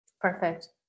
Perfect